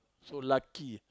so lucky